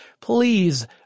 please